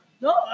No